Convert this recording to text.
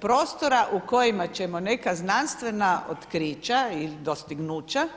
prostora u kojima ćemo neka znanstvena otkrića ili dostignuća